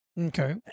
Okay